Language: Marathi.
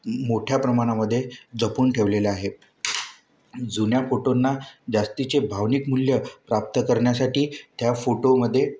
मोठ्या प्रमाणामध्ये जपून ठेवलेल्या आहे जुन्या फोटोंना जास्तीचे भावनिक मूल्य प्राप्त करण्यासाठी त्या फोटोमध्ये